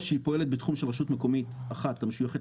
או שהיא פועלת בתחום של רשות מקומית אחת המשויכת